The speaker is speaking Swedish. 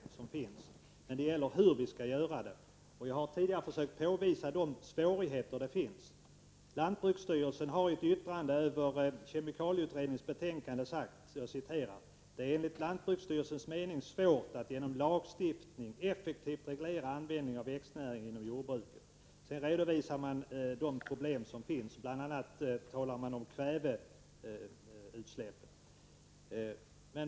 Herr talman! Det finns inga delade meningar när det gäller viljan att ta itu med miljöproblemen på detta område. Frågan är bara hur vi skall handla. Jag har tidigare försökt påvisa svårigheterna i detta sammanhang. Lantbruksstyrelsen har i ett yttrande över kemikalieutredningens betänkande sagt följande: ”-—-- Det är enligt lantbruksstyrelsens mening svårt att genom lagstiftning effektivt reglera användningen av växtnäring inom jordbruket.” Sedan följer en redovisning av de problem som finns. Man talar bl.a. om kväveutsläppen.